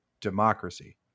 democracy